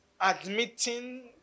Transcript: admitting